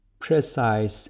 precise